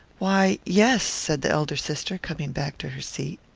why, yes, said the elder sister, coming back to her seat.